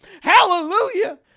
Hallelujah